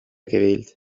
gewählt